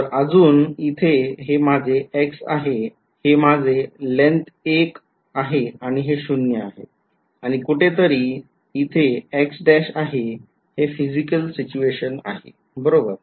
तर अजून इथे हे माझे x आहे हे माझे लेन्थ १ एक आहे हे 0 शून्य आहे आणि कुठेतरी इथे x आहे हे physical situation आहे बरोबर